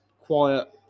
quiet